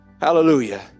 Hallelujah